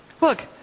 Look